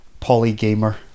polygamer